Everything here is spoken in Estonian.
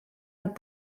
nad